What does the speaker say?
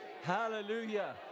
Hallelujah